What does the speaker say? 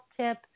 tip